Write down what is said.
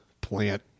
plant